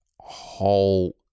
whole